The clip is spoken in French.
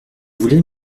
voulez